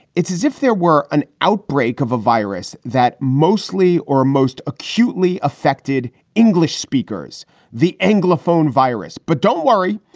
it's as if there were an outbreak of a virus that mostly or most acutely affected english speakers the anglophone virus. but don't worry,